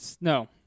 No